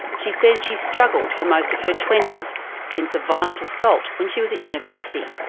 she says she's struggled for most of her twenties since a violent assault when she was at university.